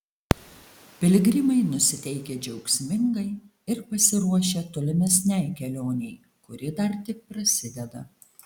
piligrimai nusiteikę džiaugsmingai ir pasiruošę tolimesnei kelionei kuri dar tik prasideda